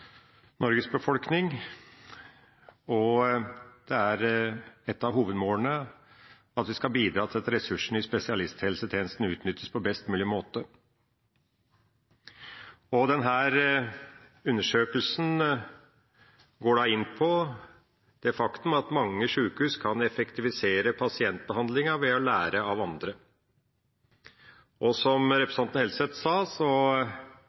Norges befolkning. Det er et av hovedmålene at vi skal bidra til at ressursene i spesialisthelsetjenesten utnyttes på best mulig måte. Denne undersøkelsen går inn på det faktum at mange sjukehus kan effektivisere pasientbehandlinga ved å lære av andre. Og som representanten Helseth sa,